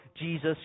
Jesus